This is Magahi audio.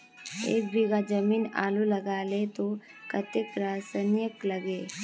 एक बीघा जमीन आलू लगाले तो कतेक रासायनिक लगे?